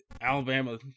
Alabama